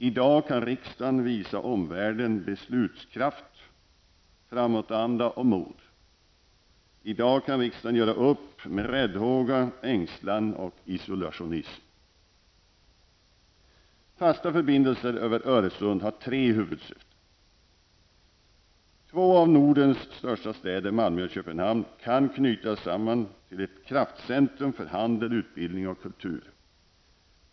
I dag kan riksdagen visa omvärlden beslutskraft, framåtanda och mod. I dag kan riksdagen göra upp med räddhåga, ängslan och isolationism. Fasta förbindelser över Öresund har tre huvudsyften. Två av Nordens största städer -- Malmö och Köpenhamn -- kan knytas samman till ett kraftcentrum för handel, utbildning och kultur.